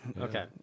Okay